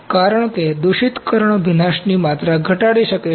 કારણ કે દૂષિતકરણ ભીનાશની માત્રા ઘટાડી શકે છે